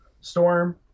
Storm